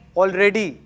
already